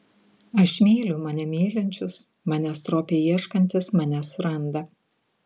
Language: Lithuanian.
aš myliu mane mylinčius manęs stropiai ieškantys mane suranda